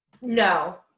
No